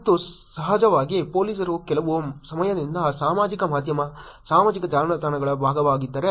ಮತ್ತು ಸಹಜವಾಗಿ ಪೊಲೀಸರು ಕೆಲವು ಸಮಯದಿಂದ ಸಾಮಾಜಿಕ ಮಾಧ್ಯಮ ಸಾಮಾಜಿಕ ಜಾಲತಾಣಗಳ ಭಾಗವಾಗಿದ್ದಾರೆ